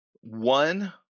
one